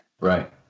Right